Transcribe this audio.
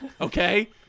okay